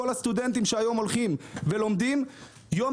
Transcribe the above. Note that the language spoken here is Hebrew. כל הסטודנטים שהיום הולכים ולומדים יום